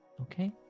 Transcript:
Okay